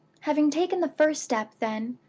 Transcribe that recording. having taken the first step, then,